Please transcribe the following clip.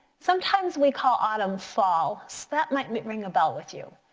sometimes we call autumn fall, so that might ring a bell with you.